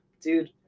dude